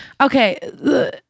Okay